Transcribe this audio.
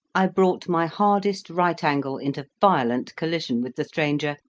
i brought my hardest right angle into violent collision with the stranger,